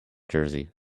jersey